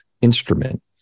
instrument